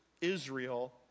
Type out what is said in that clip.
Israel